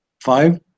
five